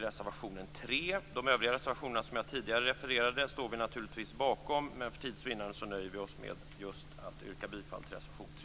Vi står naturligtvis bakom de övriga reservationer jag har refererat till, men för tids vinnande nöjer jag mig med att yrka bifall till reservation 3.